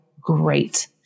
great